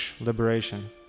liberation